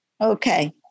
okay